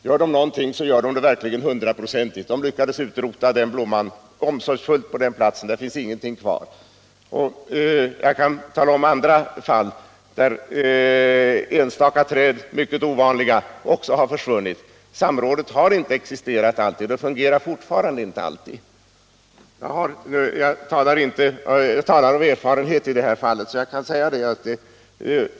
Gör de någonting, gör de det verkligen hundraprocentigt. De lyckades på den platsen utrota den blomman omsorgsfullt. Det finns ingenting kvar. Jag kan nämna andra fall där enstaka och mycket ovanliga träd har försvunnit. Samrådet har inte existerat och fungerar fortfarande inte alltid. Jag talar av erfarenhet i detta fall.